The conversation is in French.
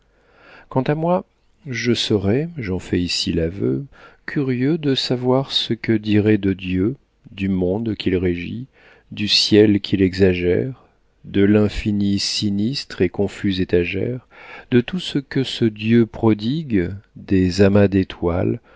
quant à moi je serais j'en fais ici l'aveu curieux de savoir ce que diraient de dieu du monde qu'il régit du ciel qu'il exagère de l'infini sinistre et confuse étagère de tout ce que ce dieu prodigue des amas d'étoiles